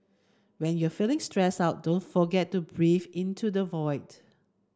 when you are feeling stressed out don't forget to breathe into the void